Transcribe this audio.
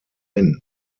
main